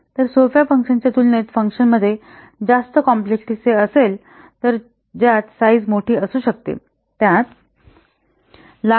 तर सोप्या फंक्शनच्या तुलनेत फंक्शनमध्ये जास्त कॉम्प्लेक्सिटी असेल तर ज्यात साईझ मोठी असू शकते